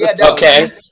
okay